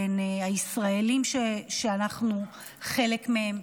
בין הישראלים שאנחנו חלק מהם,